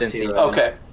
okay